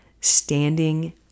standing